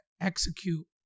execute